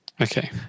Okay